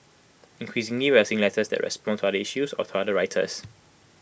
increasingly we are seeing letters that respond to other issues or to other writers